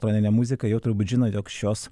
elektronine muzika jau turbūt žino jog šios